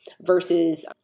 versus